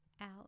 out